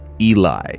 Eli